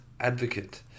advocate